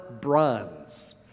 bronze